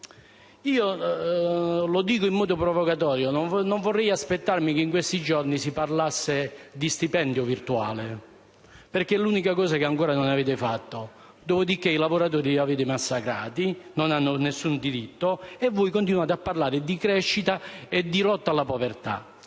Lo dico in modo provocatorio: non vorrei che in questi giorni si parlasse anche di stipendio virtuale, perché è l'unica cosa che ancora non avete fatto. Dopodiché i lavoratori li avete massacrati: non hanno più alcun diritto e voi continuate a parlare di crescita e di lotta alla povertà.